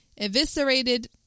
eviscerated